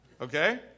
Okay